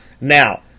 Now